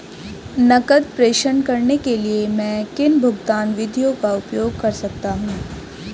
नकद प्रेषण करने के लिए मैं किन भुगतान विधियों का उपयोग कर सकता हूँ?